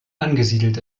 angesiedelt